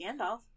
Gandalf